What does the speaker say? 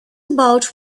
about